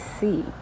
see